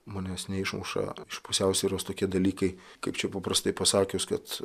manęs neišmuša iš pusiausvyros tokie dalykai kaip čia paprastai pasakius kad